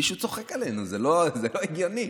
מישהו צוחק עלינו, זה לא הגיוני.